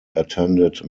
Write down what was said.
attended